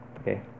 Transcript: okay